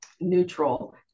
neutral